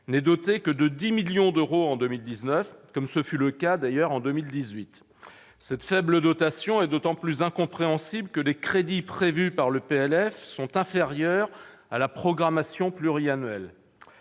n'est que de 10 millions d'euros en 2019, comme ce fut le cas d'ailleurs en 2018. Exactement ! Cette faible dotation est d'autant plus incompréhensible que les crédits prévus par le projet de loi de finances sont inférieurs à la programmation pluriannuelle.